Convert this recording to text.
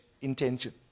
intention